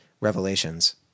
revelations